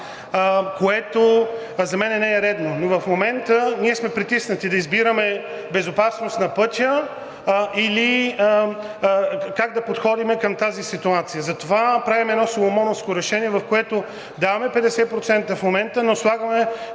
което за мен не е редно. Но в момента ние сме притиснати да избираме безопасност на пътя или как да подходим към тази ситуация. Затова правим едно соломоновско решение, в което даваме 50% в момента, но слагаме